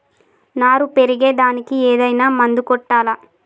నారు పెరిగే దానికి ఏదైనా మందు కొట్టాలా?